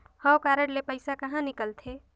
हव कारड ले पइसा कहा निकलथे?